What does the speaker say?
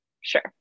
Sure